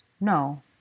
No